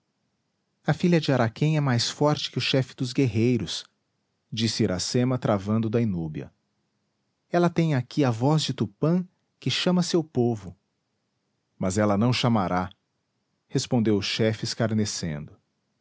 a filha de araquém é mais forte que o chefe dos guerreiros disse iracema travando da inúbia ela tem aqui a voz de tupã que chama seu povo mas ela não chamará respondeu o chefe escarnecendo